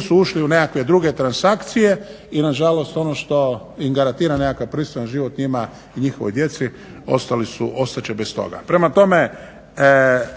su ušli u nekakve druge transakcije. I nažalost ono što im garantira nekakav pristojan život, njima i njihovoj djeci, ostat će bez toga. Prema tome,